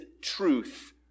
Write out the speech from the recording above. truth